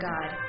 God